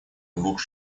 двух